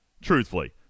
truthfully